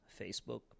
Facebook